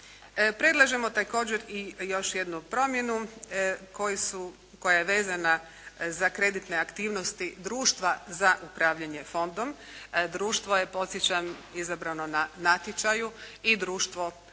Predlažemo također i još jednu promjenu koja je vezana za kreditne aktivnosti Društva za upravljanje Fondom. Društvo je podsjećam izabrano na natječaju i društvo